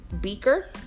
Beaker